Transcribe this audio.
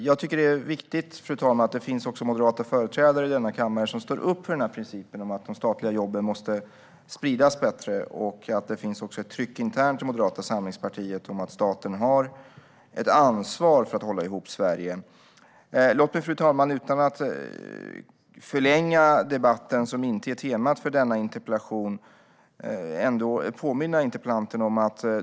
Jag tycker att det är viktigt, fru talman, att det också finns moderata företrädare i kammaren som står upp för principen om att statliga jobb måste spridas bättre och att det även finns ett internt tryck inom Moderata samlingspartiet på att staten har ett ansvar för att hålla ihop Sverige. Låt mig utan att förlänga debatten påminna interpellanten om något som dock inte är temat för interpellationen.